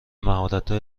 مهراتهای